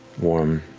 warm,